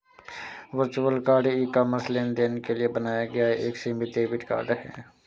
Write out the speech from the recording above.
virtual card e commerce लेनदेन के लिए बनाया गया एक सीमित डेबिट कार्ड है